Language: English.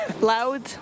Loud